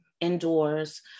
indoors